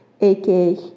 aka